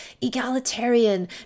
egalitarian